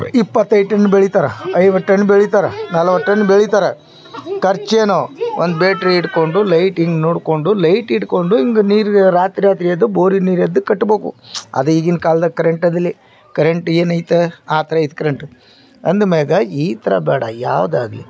ಇಪ್ಪತ್ತೈದು ಟನ್ ಬೆಳಿತಾರೆ ಐವತ್ತು ಟನ್ ಬೆಳಿತಾರೆ ನಲ್ವತ್ತು ಟನ್ ಬೆಳಿತಾರೆ ಕರ್ಚೇನು ಒಂದು ಬೇಟ್ರಿ ಹಿಡ್ಕೊಂಡು ಲೈಟ್ ಹಿಂಗ್ ನೋಡ್ಕೊಂಡು ಲೈಟ್ ಹಿಡ್ಕೊಂಡು ಹಿಂಗೆ ನೀರು ರಾತ್ರಿರಾತ್ರಿಯದು ಬೋರಿನ ನೀರದು ಕಟ್ಬೇಕು ಅದೇ ಈಗಿನ ಕಾಲದಲ್ಲಿ ಕರೆಂಟ್ ಅದೆಲ್ಲಿ ಕರೆಂಟ್ ಏನೈತೆ ಆ ಥರ ಇದು ಕರೆಂಟು ಅಂದ್ಮೇಲೆ ಈ ಥರ ಬೇಡ ಯಾವುದಾಗ್ಲಿ